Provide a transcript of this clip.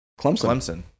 Clemson